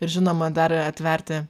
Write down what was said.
ir žinoma dar atverti